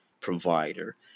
provider